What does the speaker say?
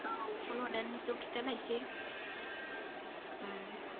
औ फन हरनानै ज खिथालायसै